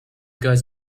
guys